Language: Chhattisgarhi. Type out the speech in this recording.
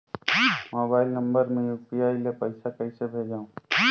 मोबाइल नम्बर मे यू.पी.आई ले पइसा कइसे भेजवं?